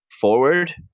forward